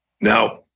Now